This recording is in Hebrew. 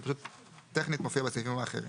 זה פשוט מופיע טכנית בסעיפים האחרים.